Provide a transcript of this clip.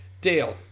Dale